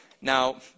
Now